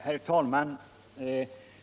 Herr talman!